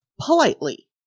politely